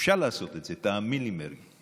אפשר לעשות את זה, תאמין לי, מרגי.